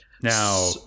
now